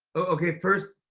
o-okay, first,